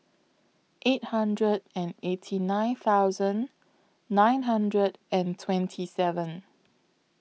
eight hundred and eighty nine thousand nine hundred and twenty seven